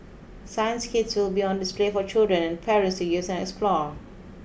science kits will be on display for children and parents to use and explore